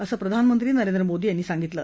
असं प्रधानमंत्री नरेंद्र मोदी यांनी सांगितलं